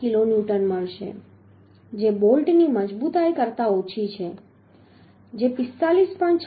8 kilonewton મળશે જે બોલ્ટની મજબૂતાઈ કરતા ઓછી છે જે 45